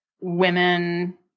women